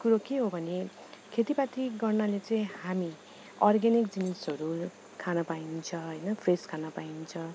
कुरो के हो भने खेतीपाती गर्नाले चाहिँ हामी अर्गानिक जिनिसहरू खानु पाइन्छ होइन फ्रेस खानु पाइन्छ